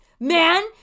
Man